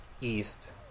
east